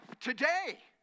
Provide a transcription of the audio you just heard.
today